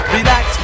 Relax